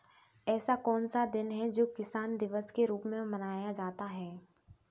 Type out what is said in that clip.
ऐसा कौन सा दिन है जो किसान दिवस के रूप में मनाया जाता है?